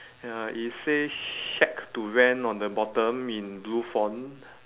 ya it says shack to rent on the bottom in blue font